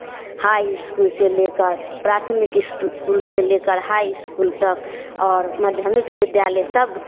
high school से ले कर प्राथमिक इस्तकूल से लेकर हाई इस्कूल तक और माध्यमिक विद्यालय सब